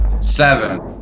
Seven